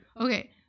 okay